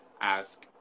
ask